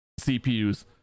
CPUs